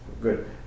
Good